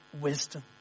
wisdom